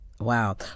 Wow